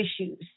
issues